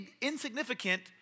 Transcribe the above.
insignificant